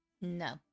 no